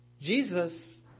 Jesus